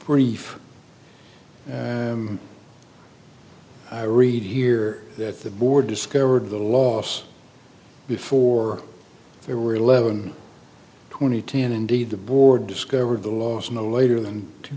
relief i read here that the board discovered the loss before they were eleven twenty and indeed the board discovered the loss no later than two